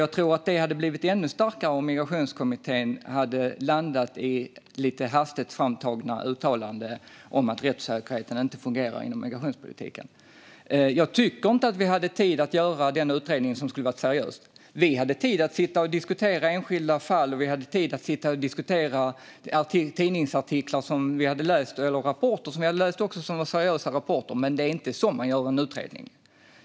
Jag tror också att det hade blivit ännu starkare om Migrationskommittén hade landat i lite hastigt framtagna uttalanden om att rättssäkerheten inte fungerar i migrationspolitiken. Jag tycker inte att vi hade tid att göra en seriös utredning. Vi hade tid att sitta och diskutera enskilda fall och tidningsartiklar och seriösa rapporter som vi hade läst. Men det är inte så man gör en utredning.